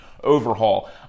Overhaul